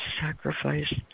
sacrifice